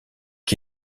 qui